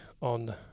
on